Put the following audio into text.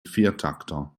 viertakter